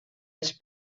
els